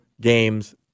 games